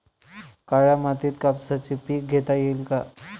काळ्या मातीत कापसाचे पीक घेता येईल का?